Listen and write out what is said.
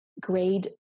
grade